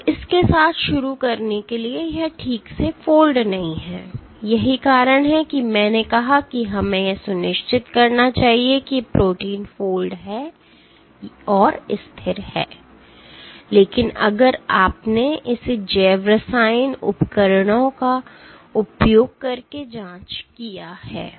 तो इसके साथ शुरू करने के लिए यह ठीक से फोल्ड नहीं है और यही कारण है कि मैंने कहा कि हमें यह सुनिश्चित करना चाहिए कि प्रोटीन फोल्ड और स्थिर है लेकिन अगर आपने इसे जैव रसायन उपकरण का उपयोग करके जांच की है